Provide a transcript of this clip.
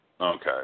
Okay